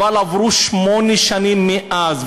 אבל עברו שמונה שנים מאז,